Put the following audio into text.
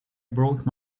broke